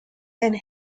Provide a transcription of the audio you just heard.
and